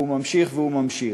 והוא ממשיך והוא ממשיך.